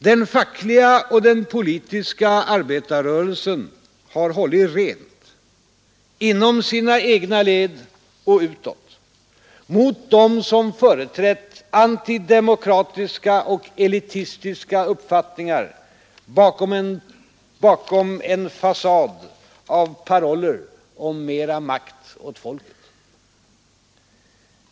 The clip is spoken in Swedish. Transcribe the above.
Den fackliga och politiska arbetarrörelsen har hållit rent — inom sina egna led utåt — mot dem som har företrätt antidemokratiska och elitistiska uppfattningar bakom en fasad av paroller om mer makt åt folket.